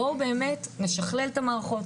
בואו באמת נשכלל את המערכות,